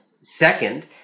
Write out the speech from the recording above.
Second